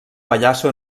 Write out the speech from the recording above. pallasso